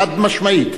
חד-משמעית.